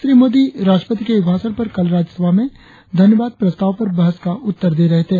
श्री मोदी राष्ट्रपति के अभिभाषण पर कल राज्यसभा में धन्यवाद प्रस्ताव पर हुई बहस का उत्तर दे रहे थे